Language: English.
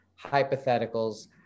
hypotheticals